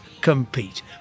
compete